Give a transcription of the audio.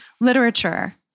literature